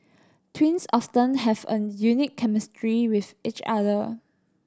twins often have a unique chemistry with each other